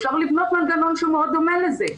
אפשר לבנות מנגנון שהוא מאוד דומה לזה.